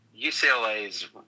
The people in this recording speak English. UCLA's